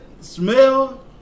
smell